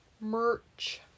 Merch